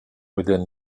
within